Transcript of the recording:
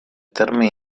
terme